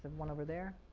one over there